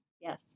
Yes